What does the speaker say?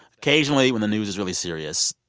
occasionally, when the news is really serious,